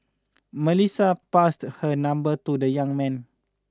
Melissa passed her number to the young man